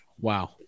Wow